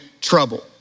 trouble